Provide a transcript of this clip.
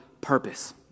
purpose